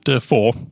four